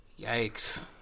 Yikes